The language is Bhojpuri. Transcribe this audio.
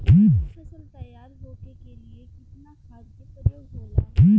अच्छा फसल तैयार होके के लिए कितना खाद के प्रयोग होला?